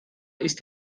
ist